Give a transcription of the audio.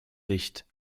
licht